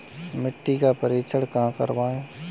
मिट्टी का परीक्षण कहाँ करवाएँ?